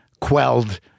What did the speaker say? quelled